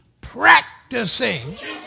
practicing